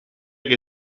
che